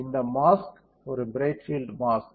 இந்த மாஸ்க் ஒரு bright field mask